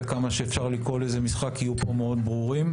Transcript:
עד כמה שאפשר לקרוא לזה משחק יהיו פה מאוד ברורים.